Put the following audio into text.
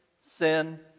sin